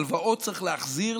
הלוואות צריך להחזיר.